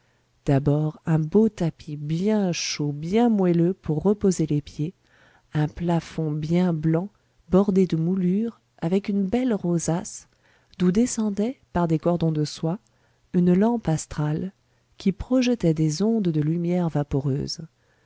d'abord un beau tapis bien chaud bien moelleux pour reposer les pieds un plafond bien blanc bordé de moulures avec une belle rosace d'où descendait par des cordons de soie une lampe astrale qui projetait des ondes de lumière vaporeuse